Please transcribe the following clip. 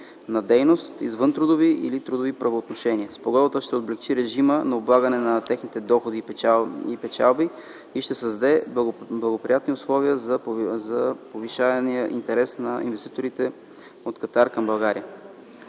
на дейност – трудови или извънтрудови правоотношения. Спогодбата ще облекчи режима на облагане на техните доходи и печалби и ще създаде благоприятни условия за повишаване интереса на инвеститорите от Катар към България.